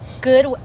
good